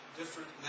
different